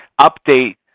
update